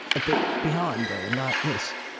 a bit behind her like this.